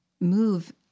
move